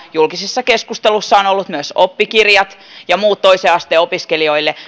julkisessa keskustelussa ovat olleet myös oppikirjat ja muut toisen asteen opiskelijoille